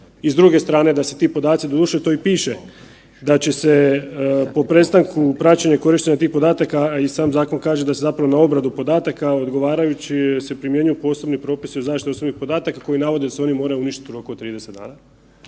i s druge strane da se ti podaci, doduše to i piše da će se po prestanku praćenja i korištenja tih podataka, a i sam zakon kaže da se zapravo na obradu podataka odgovarajući se primjenjuju posebni propisi o zaštiti osobnih podataka koji navode da se oni moraju uništiti u roku od 30 dana.